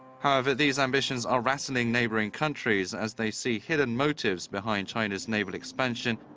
however, these ambitions are rattling neighboring countries, as they see hidden motives behind china's naval expansion,